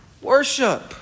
Worship